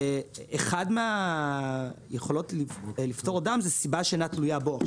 אחד מהיכולות לפטור אדם, זו סיבה שאינה תלויה בו.